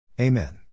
Amen